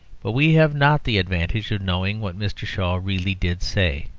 but we have not the advantage of knowing what mr. shaw really did say,